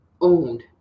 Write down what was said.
Owned